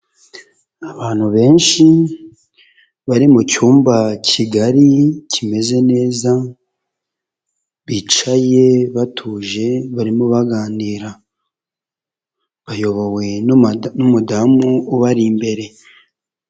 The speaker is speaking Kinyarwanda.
Abantu benshi bari mu cyumba kigari kimeze neza bicaye batuje barimo baganira, bayobowe n'umudamu ubari imbere.